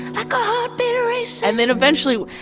like a heartbeat racing. and then, eventually,